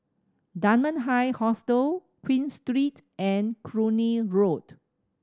Dunman High Hostel Queen Street and Cluny Road